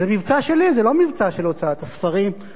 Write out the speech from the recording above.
זה מבצע שלי, זה לא מבצע של חנות הספרים.